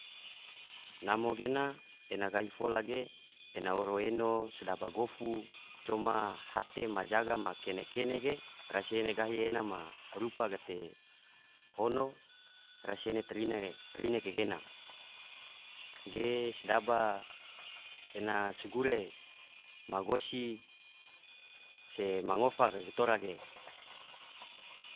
Namo gena ena gahi fola ge ena oro eno sedaba gofu, coma hate majaga ma kene-kene ge rasi ene gahi ena ma rupa gate hono, rasi ene tarine kagena ge sedaba ena sogure ma gosi se ma ngofa kage tora ge.